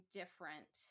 different